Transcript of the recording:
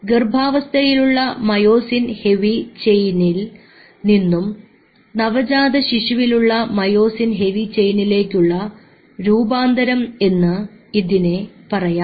ഗർഭാവസ്ഥയിലുള്ള myosin heavy ചെയിനിൽ നിന്നും നവജാതശിശുവിലുള്ള മയോസിൻ ഹെവി ചെയിനിലേക്കുള്ള രൂപാന്തരം എന്ന് ഇതിനെ പറയാം